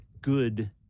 good